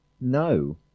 No